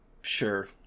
sure